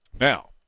Now